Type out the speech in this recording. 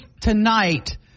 tonight